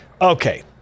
okay